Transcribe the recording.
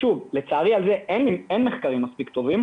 לצערי על זה אין מספיק מחקרים טובים,